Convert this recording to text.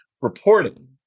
reporting